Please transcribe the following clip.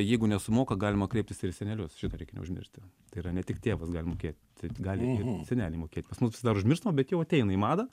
jeigu nesumoka galima kreiptis ir į senelius šitą reikia neužmiršti tai yra ne tik tėvas gali mokėti gali ir seneliai mokėt pas mus vis dar užmirštama bet jau ateina į madą